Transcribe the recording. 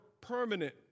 permanent